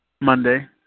Monday